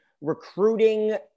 recruiting